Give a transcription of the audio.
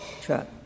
truck